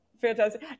Fantastic